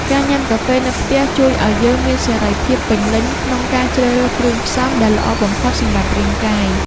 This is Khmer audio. ការញ៉ាំកាហ្វេនៅផ្ទះជួយឱ្យយើងមានសេរីភាពពេញលេញក្នុងការជ្រើសរើសគ្រឿងផ្សំដែលល្អបំផុតសម្រាប់រាងកាយ។